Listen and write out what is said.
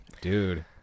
Dude